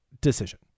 decision